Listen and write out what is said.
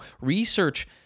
Research